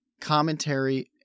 commentary